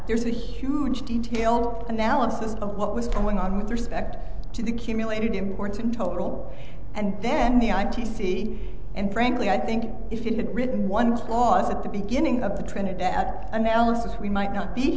there's a huge detail analysis of what was going on with respect to the cumulated imports in total and then the i t c and frankly i think if you'd written one clause at the beginning of the trinidad analysis we might not be